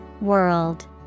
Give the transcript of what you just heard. World